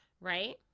right